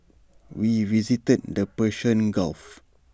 we visited the Persian gulf